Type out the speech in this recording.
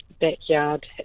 backyard